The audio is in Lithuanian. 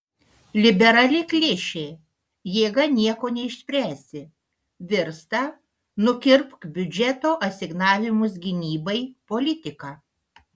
liberali klišė jėga nieko neišspręsi virsta nukirpk biudžeto asignavimus gynybai politika